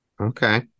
Okay